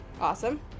Awesome